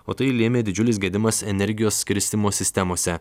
o tai lėmė didžiulis gedimas energijos skirstymo sistemose